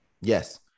Yes